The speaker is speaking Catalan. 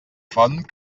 font